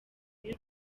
kuri